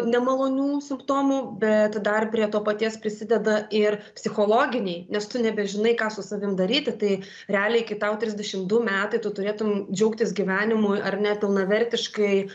nemalonių simptomų bet dar prie to paties prisideda ir psichologiniai nes tu nebežinai ką su savim daryti tai realiai kai tau trisdešim du metai tu turėtum džiaugtis gyvenimu ar net pilnavertiškai